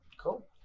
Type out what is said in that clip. Cool